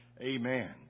Amen